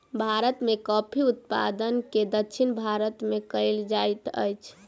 भारत में कॉफ़ी के उत्पादन दक्षिण भारत में कएल जाइत अछि